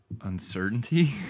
uncertainty